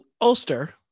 Ulster